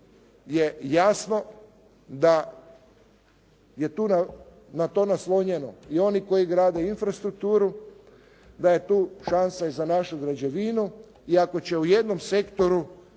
je jasno da je to naslonjeno i oni koji grade infrastrukturu, da je tu šansa i za našu građevinu. I ako će u jednom sektoru